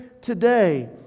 today